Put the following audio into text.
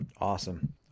Awesome